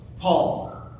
Paul